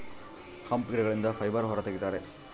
hemp ಗಿಡಗಳಿಂದ fibre ಹೊರ ತಗಿತರೆ